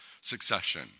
succession